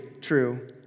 true